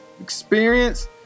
experience